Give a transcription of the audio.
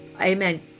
amen